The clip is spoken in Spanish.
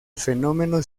fenómeno